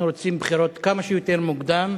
אנחנו רוצים בחירות כמה שיותר מוקדם.